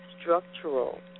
structural